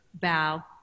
bow